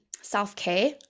Self-care